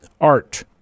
Art